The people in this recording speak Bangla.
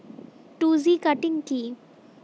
টু জি কাটিং কি?